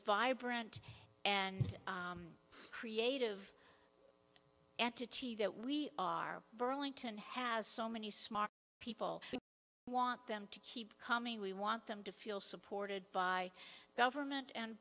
vibrant and creative entity that we are burlington has so many smart people we want them to keep coming we want them to feel supported by the government and